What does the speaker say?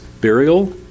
burial